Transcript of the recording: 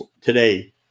today